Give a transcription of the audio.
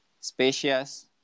Spacious